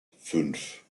fünf